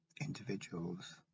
individuals